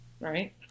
right